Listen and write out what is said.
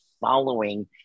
following